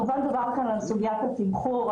דובר כאן על סוגיית התמחור.